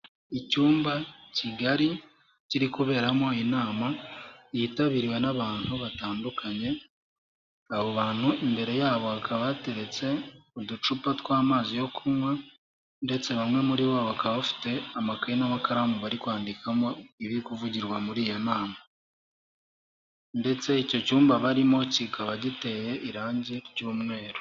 Icyumba kigari kiri kuberamo inama yitabiriwe n'abantu batandukanye, abo bantu imbere yabo bakaba bateretse uducupa tw'amazi yo kunywa, ndetse bamwe muri bo bakaba bafite amakayi n'amakaramu bari kwandikamo ibiri kuvugirwa muri iyo nama, ndetse icyo cyumba barimo kikaba giteye irangi cyumweru.